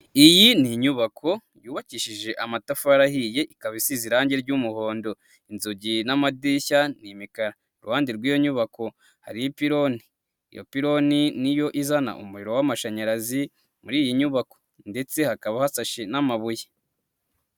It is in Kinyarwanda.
Iyi ni inyubako yubakishije amatafari ahiye, ikaba isize irangi ry'umuhondo, inzugi n'amadirishya ni imikara, iruhande rw'iyo nyubako hari ipironi, iyo piloni niyo izana umuriro w'amashanyarazi muri iyi nyubako ndetse hakaba hasashe n'amabuye.